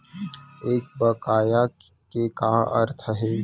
एक बकाया के का अर्थ हे?